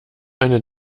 eine